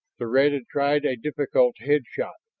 the red had tried a difficult head shot,